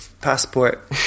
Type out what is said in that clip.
passport